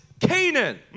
Canaan